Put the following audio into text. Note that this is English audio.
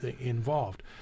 involved